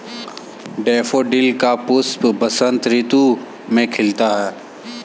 daffodil का पुष्प बसंत ऋतु में खिलता है